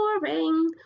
Boring